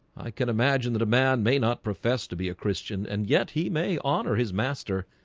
i can imagine that a man may not profess to be a christian and yet he may honor his master